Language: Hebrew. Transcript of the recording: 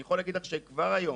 אני יכול להגיד לך שכבר היום,